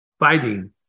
fighting